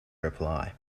reply